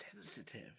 Sensitive